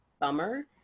bummer